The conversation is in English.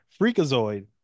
Freakazoid